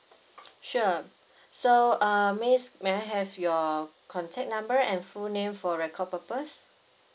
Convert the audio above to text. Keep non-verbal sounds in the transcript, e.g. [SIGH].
sure [BREATH] so um miss may I have your contact number and full name for record purpose